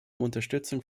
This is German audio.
unterstützung